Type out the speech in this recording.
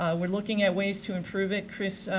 we're looking at ways to improve it. chris,